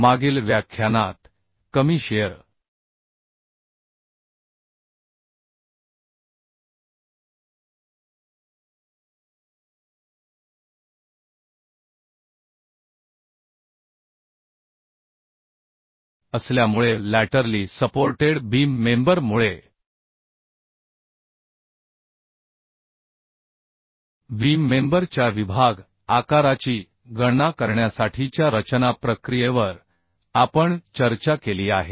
मागील व्याख्यानात कमी शिअर असल्यामुळे लॅटरली सपोर्टेड बीम मेंबर मुळे बीम मेंबर च्या विभाग आकाराची गणना करण्यासाठीच्या रचना प्रक्रियेवर आपण चर्चा केली आहे